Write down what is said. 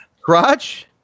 Crotch